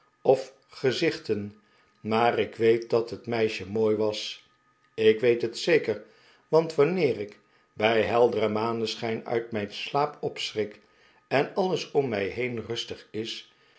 of gezichten maar ik weet dat het meisje mooi was ik weet het zeker want wanneer ik bij helderen maneschijn uit mijn slaap opschrik en alles om mij heen rustig is